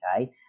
okay